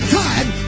time